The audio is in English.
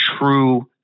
true